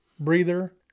Breather